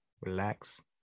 relax